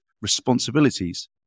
responsibilities